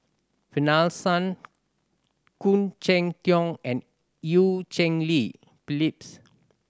Finlayson Khoo Cheng Tiong and Eu Cheng Li Phyllis